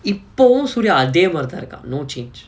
இப்பவும்:ippavum suria அதேமாரிதா இருக்கா:athaemaarithaa irukkaa no change